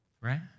Right